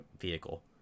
vehicle